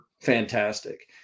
fantastic